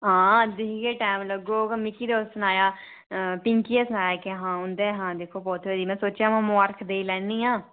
आं अज्ज जि'यां मिगी टैम लग्गग मिगी ते उस सनाया आं पिंकी नांऽ सनाया उं'दे पोत्तरी होई दी में सोचेआ अ'ऊं मबारखां देई लैनी आं